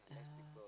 yeah